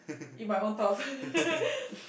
in my own thoughts